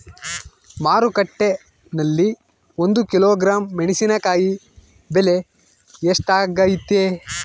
ಮಾರುಕಟ್ಟೆನಲ್ಲಿ ಒಂದು ಕಿಲೋಗ್ರಾಂ ಮೆಣಸಿನಕಾಯಿ ಬೆಲೆ ಎಷ್ಟಾಗೈತೆ?